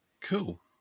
Cool